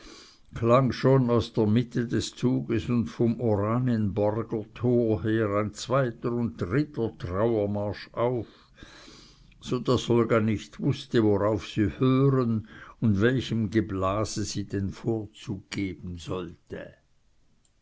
klang schon aus der mitte des zuges und vom oranienburger tor her ein zweiter und dritter trauermarsch herauf so daß olga nicht wußte worauf sie hören und welchem geblase sie den vorzug geben sollte